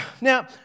Now